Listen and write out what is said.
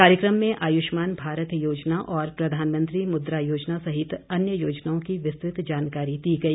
कार्यक्रम में आयुष्मान भारत योजना और प्रधानमंत्री मुद्रा योजना सहित अन्य योजनाओं की विस्तृत जानकारी दी गई